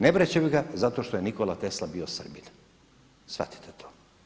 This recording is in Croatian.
Ne vračaju ga zato što je Nikola Tesla bio Srbin, shvatite to.